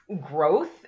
growth